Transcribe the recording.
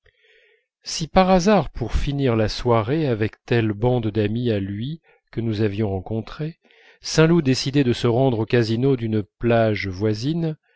si par hasard pour finir la soirée avec telle bande d'amis à lui que nous avions rencontrée saint loup décidait de nous rendre au casino d'une plage voisine